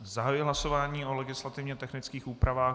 Zahajuji hlasování o legislativně technických úpravách.